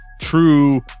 true